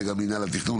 זה גם מנהל התכנון,